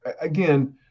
again